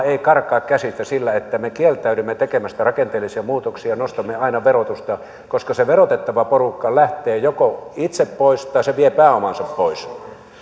ei karkaa käsistä sillä että me kieltäydymme tekemästä rakenteellisia muutoksia nostamme aina verotusta koska se verotettava porukka joko lähtee itse pois tai se vie pääomansa pois